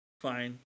fine